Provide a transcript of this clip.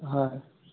হয়